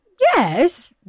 yes